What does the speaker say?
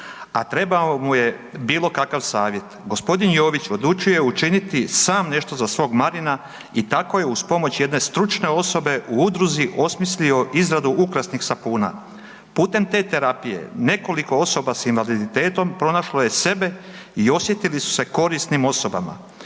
a trebao mu je bilo kakav savjet. g. Jović odlučio je učiniti sam nešto za svog Marina i tako je uz pomoć jedne stručne osobe u udruzi osmislio izradu ukrasnih sapuna. Putem te terapije nekoliko osoba s invaliditetom pronašlo je sebe i osjetili su se korisnim osobama.